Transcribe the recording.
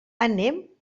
anem